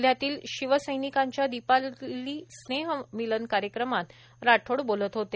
जिल्ह्यातील शिवसैनिकांच्या दीपावली स्नेहमिलन कार्यक्रमात राठोड बोलत होते